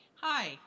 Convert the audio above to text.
Hi